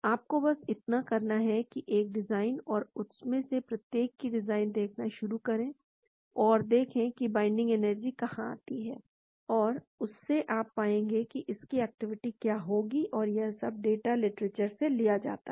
आपको बस इतना करना है की एक डिजाइन और उनमें से प्रत्येक को डॉकिंग करना शुरू करें और देखें कि बाइन्डिंग एनर्जी कहां आती है और उस से आप देख पाएंगे कि इसकी एक्टिविटी क्या होगी और यह सब डेटा लिटरेचर से लिया जाता है